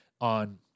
on